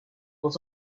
was